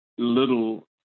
Little